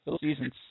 season's